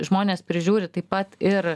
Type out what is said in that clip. žmonės prižiūri taip pat ir